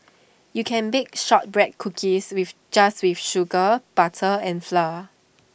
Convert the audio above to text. you can bake Shortbread Cookies with just with sugar butter and flour